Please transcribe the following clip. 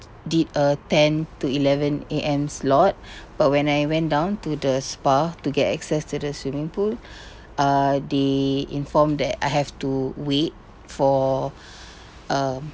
did a ten to eleven A_M slot but when I went down to the spa to get access to the swimming pool err they informed that I have to wait for um